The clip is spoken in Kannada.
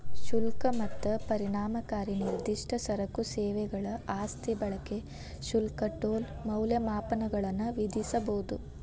ಶುಲ್ಕ ಮತ್ತ ಪರಿಣಾಮಕಾರಿ ನಿರ್ದಿಷ್ಟ ಸರಕು ಸೇವೆಗಳ ಆಸ್ತಿ ಬಳಕೆ ಶುಲ್ಕ ಟೋಲ್ ಮೌಲ್ಯಮಾಪನಗಳನ್ನ ವಿಧಿಸಬೊದ